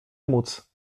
móc